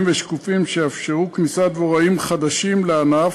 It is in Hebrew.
ושקופים שיאפשרו כניסת דבוראים חדשים לענף,